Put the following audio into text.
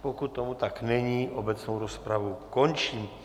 Pokud tomu tak není, obecnou rozpravu končím.